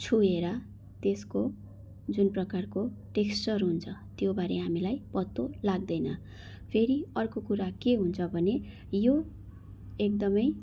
छोएर त्यसको जुन प्रकारको टेक्सचर हुन्छ त्योबारे हामीलाई पत्तो लाग्दैन फेरि अर्को कुरा के हुन्छ भने यो एकदमै